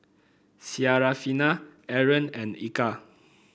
Syarafina Aaron and Eka